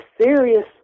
serious